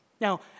Now